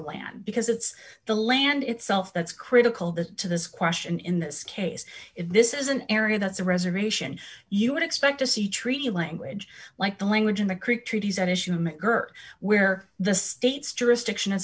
land because it's the land itself that's critical that to this question in this case if this is an area that's a reservation you would expect to see treaty language like the language in the creek treaties that issue mcgurk where the states jurisdiction